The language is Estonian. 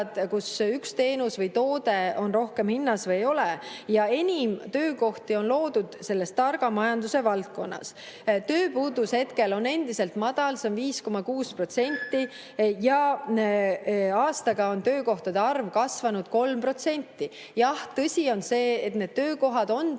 kus üks teenus või toode on rohkem hinnas või ei ole. Ja enim töökohti on loodud selles targa majanduse valdkonnas. Tööpuudus hetkel on endiselt madal, see on 5,6% ja aastaga on töökohtade arv kasvanud 3%. Jah, tõsi on see, et need töökohad on teistes